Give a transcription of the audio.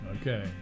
Okay